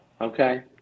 Okay